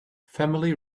family